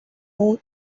moons